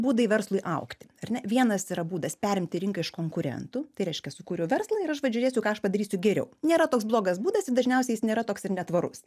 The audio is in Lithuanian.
būdai verslui augti ar ne vienas tai yra būdas perimti rinką iš konkurentų tai reiškia sukūriau verslą ir aš vat žiūrėsiu ką aš padarysiu geriau nėra toks blogas būdas ir dažniausiai jis nėra toks ir netvarus